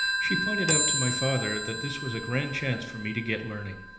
she pointed out to my father that this was a grand chance for me to get learning.